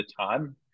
time